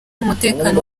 umutekano